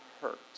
hurt